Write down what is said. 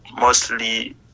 mostly